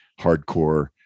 hardcore